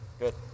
Good